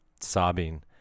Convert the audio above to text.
sobbing